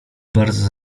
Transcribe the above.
bardzo